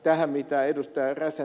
tätä mitä ed